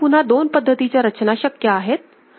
इथे पुन्हा दोन पद्धतीच्या रचना शक्य आहेत